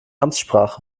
amtssprache